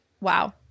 wow